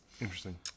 Interesting